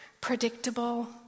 predictable